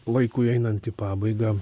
laikui einant į pabaigą